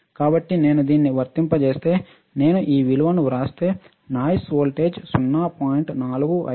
కాబట్టి నేను దీన్ని వర్తింపజేస్తే నేను ఈ విలువలను వ్రాస్తే నాయిస్ వోల్టేజ్ 0